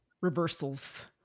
reversals